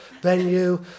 venue